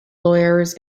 lawyers